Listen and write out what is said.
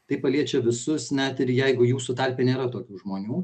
tai paliečia visus net ir jeigu jūsų tarpe nėra tokių žmonių